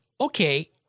okay